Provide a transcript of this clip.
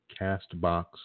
Castbox